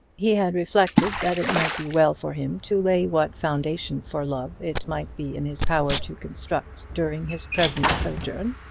he had reflected that it might be well for him to lay what foundation for love it might be in his power to construct during his present sojourn,